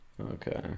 Okay